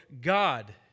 God